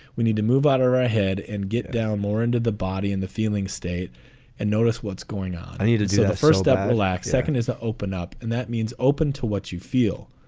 we need to move out ahead and get down more into the body in the feeling state and notice what's going on. i needed to a first step, relax. second is the open up and that means open to what you feel.